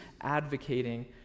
advocating